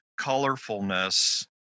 colorfulness